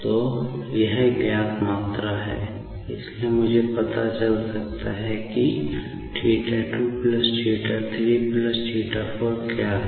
तो यह ज्ञात मात्रा है इसलिए मुझे पता चल सकता है कि θ 2 θ 3θ4 क्या है